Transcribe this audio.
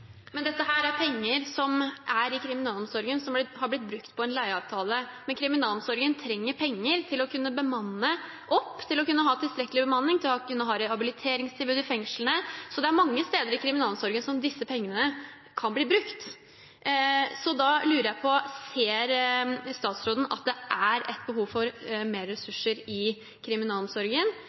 Men kriminalomsorgen trenger penger til å kunne bemanne opp, til å kunne ha tilstrekkelig bemanning, til å kunne ha rehabiliteringstilbud i fengslene. Så det er mange steder i kriminalomsorgen hvor disse pengene kan bli brukt. Da lurer jeg på: Ser statsråden at det er behov for mer ressurser i kriminalomsorgen